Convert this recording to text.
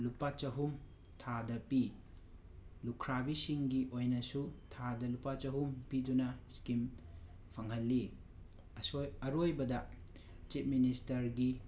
ꯂꯨꯄꯥ ꯆꯍꯨꯝ ꯊꯥꯗ ꯄꯤ ꯂꯨꯈ꯭ꯔꯥꯕꯤꯁꯤꯡꯒꯤ ꯑꯣꯏꯅꯁꯨ ꯊꯥꯗ ꯂꯨꯄꯥ ꯆꯍꯨꯝ ꯄꯤꯗꯨꯅ ꯁ꯭ꯀꯤꯝ ꯐꯪꯍꯜꯂꯤ ꯑꯁꯣꯏ ꯑꯔꯣꯏꯕꯗ ꯆꯤꯞ ꯃꯤꯅꯤꯁꯇꯔꯒꯤ